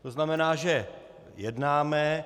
To znamená, že jednáme.